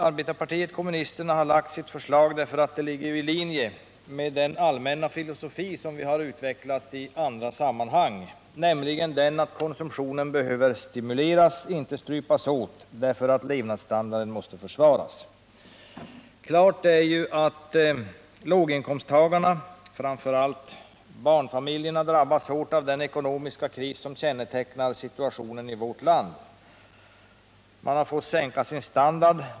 Arbetarpartiet kommunisterna har lagt sitt förslag därför att det ligger i linje med den allmänna filosofi som vi har utvecklat i annat sammanhang, nämligen att konsumtionen behöver stimuleras, inte strypas åt, därför att levnadsstandarden måste försvaras. Klart är att låginkomsttagarna, framför allt barnfamiljerna, drabbas hårt av den ekonomiska kris som kännetecknar situationen i vårt land. De har fått sänka sin standard.